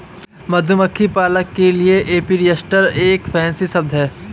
मधुमक्खी पालक के लिए एपीरिस्ट एक फैंसी शब्द है